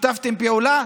שיתפתם פעולה.